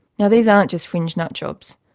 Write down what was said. now these aren't just fringe nutjobs.